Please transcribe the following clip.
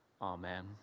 amen